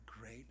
great